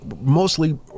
mostly